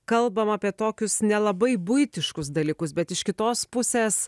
kalbam apie tokius nelabai buitiškus dalykus bet iš kitos pusės